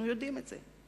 אנחנו יודעים את זה.